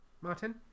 Martin